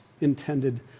intended